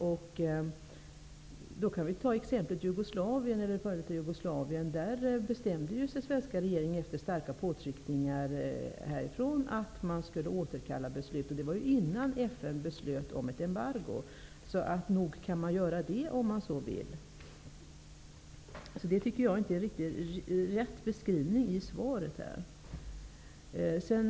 Jag kan då anföra exemplet f.d. Jugoslavien, där den svenska regeringen efter starka påtryckningar bestämde att man skulle återkalla beslut. Detta var innan FN beslutade om ett embargo, så nog kan man tillämpa vapenembargo om man så vill. Därför tycker jag att beskrivningen i svaret inte är riktig.